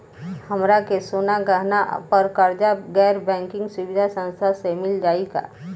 हमरा के सोना गहना पर कर्जा गैर बैंकिंग सुविधा संस्था से मिल जाई का?